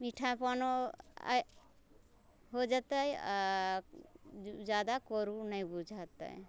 मीठापनो आ हो जेतै आओर जादा करू नहि बुझेतै